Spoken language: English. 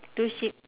two sheep